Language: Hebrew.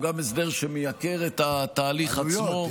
הוא גם הסדר שמייקר את ההליך עצמו.